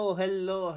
hello